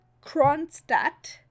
Kronstadt